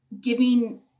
giving